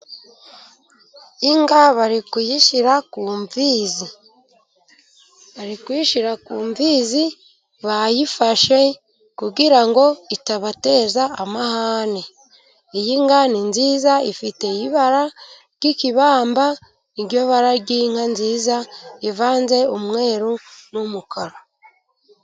Inka bari kuyishyira ku mfizi. Bari kuyishyira ku mfizi bayifashe, kugira ngo itabateza amahane. Iyi nka ni nziza, ifite ibara ry'ikibamba, ni ryo bara ry'inka nziza ivanze umweru n'umukara.